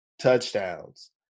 touchdowns